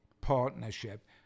partnership